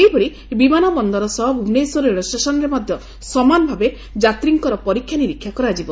ସେହିଭଳି ବିମାନବନ୍ଦର ସହ ଭୁବନେଶ୍ୱର ରେଳଷେସନରେ ମଧ ସମାନ ଭାବେ ଯାତ୍ରୀଙ୍କର ପରୀକ୍ଷାନିରୀକ୍ଷା କରାଯିବ